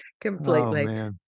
Completely